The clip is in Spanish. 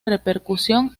repercusión